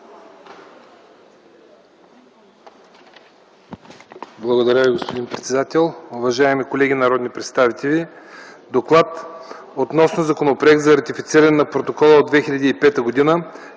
Благодаря Ви, господин председател. Уважаеми колеги народни представители! „ДОКЛАД относно Законопроект за ратифициране на Протокола от 2005г.